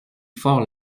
fort